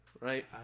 right